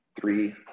three